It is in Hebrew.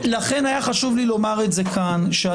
לכן היה חשוב לי לומר את זה כאן אני